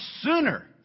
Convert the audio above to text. sooner